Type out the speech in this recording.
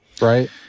Right